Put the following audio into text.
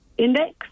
Index